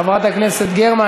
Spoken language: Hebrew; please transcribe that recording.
חברת הכנסת גרמן,